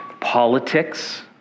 politics